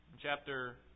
Chapter